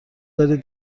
دارید